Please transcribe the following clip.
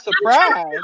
surprise